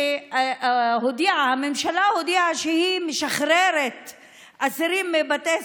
הממשלה הודיעה שהיא משחררת אסירים מבתי